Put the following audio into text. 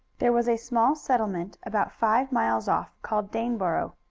there was a small settlement about five miles off called daneboro.